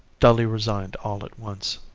dully resigned all at once.